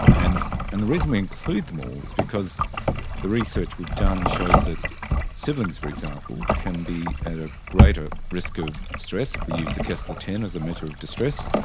and and the reason we include them all is because the research we've done shows that siblings, for example, can be at a greater risk of stress, if we use the kessler ten as a measure of distress.